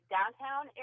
Downtown